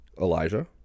Elijah